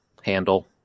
handle